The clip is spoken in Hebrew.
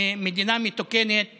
במדינה מתוקנת